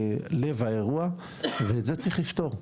לב האירוע ואת זה צריך לפתור,